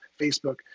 Facebook